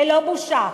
ללא בושה,